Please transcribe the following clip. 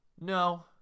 No